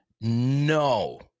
no